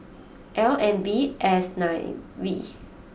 L N B S nine V